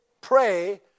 pray